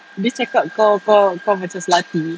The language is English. dia cakap kau kau kau macam slutty